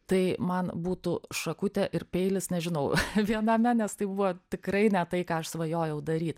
tai man būtų šakutė ir peilis nežinau viename nes tai buvo tikrai ne tai ką aš svajojau daryt